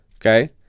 Okay